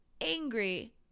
angry